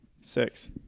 Six